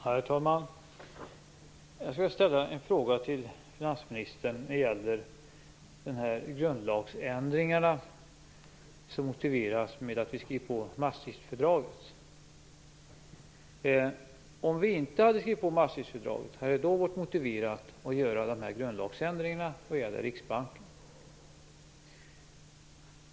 Herr talman! Jag skulle vilja ställa en fråga till finansministern när det gäller de grundlagsändringar som motiveras med att vi skrev på Maastrichtfördraget. Om vi inte hade skrivit på Maastrichtfördraget, hade det då varit motiverat att göra de här grundlagsändringarna vad gäller Riksbanken?